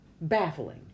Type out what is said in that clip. baffling